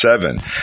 Seven